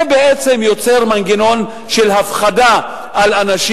זה בעצם יוצר מנגנון של הפחדה של אנשים.